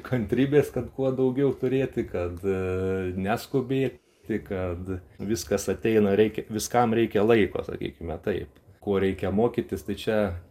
kantrybės kad kuo daugiau turėti kad neskubėti kad viskas ateina reik viskam reikia laiko sakykime taip ko reikia mokytis tai čia